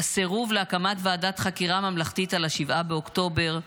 לסירוב להקמת ועדת חקירה ממלכתית על 7 באוקטובר,